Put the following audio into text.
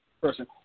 person